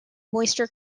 moisture